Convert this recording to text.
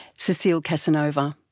cecile casanova.